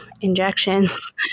injections